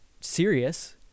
serious